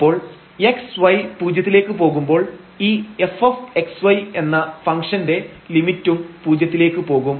അപ്പോൾ x y പൂജ്യത്തിലേക്ക് പോവുമ്പോൾ ഈ f x y എന്ന ഫംഗ്ഷൻറെ ലിമിറ്റും പൂജ്യത്തിലേക്ക് പോകും